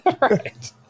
Right